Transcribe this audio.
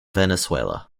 venezuela